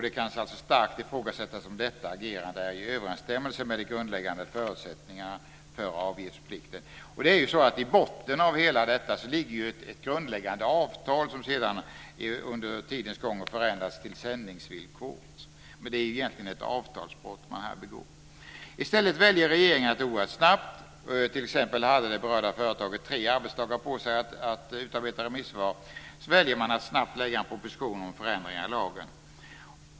Det kan starkt ifrågasättas om detta agerande står i överensstämmelse med de grundläggande förutsättningarna för avgiftsplikten. I botten på det här ligger ett grundläggande avtal som sedan under tidens gång har förändrats till sändningsvillkor. Det är egentligen ett avtalsbrott som man begår här. I stället väljer regeringen att oerhört snabbt - t.ex. hade det berörda företaget tre arbetsdagar på sig att utarbeta remissvar - lägga fram en proposition om förändringar i lagen.